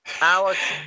Alex